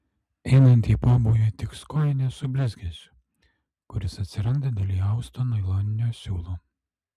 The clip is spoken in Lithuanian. einant į pobūvį tiks kojinės su blizgesiu kuris atsiranda dėl įausto nailoninio siūlo